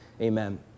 Amen